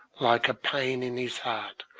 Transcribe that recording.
like a pain in his heart,